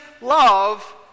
love